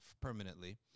permanently